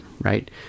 right